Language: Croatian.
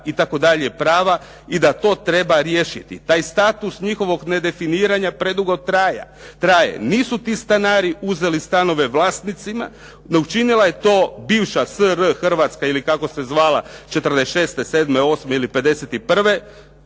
itd. prava i da to treba riješiti. Taj status njihovog nedefiniranja predugo traje. Nisu ti stanari uzeli stanove vlasnicima no učinila je to bivša SR Hrvatska ili kako se zvala 46., 47., 48. ili 51.